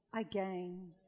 again